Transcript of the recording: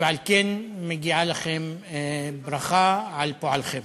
ועל כן מגיעה לכם ברכה על פועלכם.